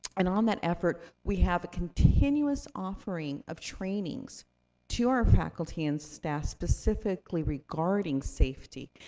and on that effort, we have continuous offering of trainings to our faculty and staff, specifically regarding safety.